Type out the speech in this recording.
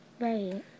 Right